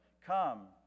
Come